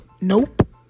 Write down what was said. Nope